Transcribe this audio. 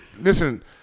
listen